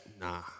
Nah